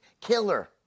killer